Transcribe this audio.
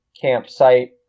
campsite